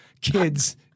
kids